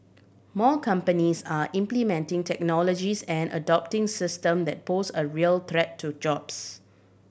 more companies are implementing technologies and adopting system that pose a real threat to jobs